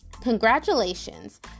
Congratulations